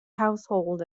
household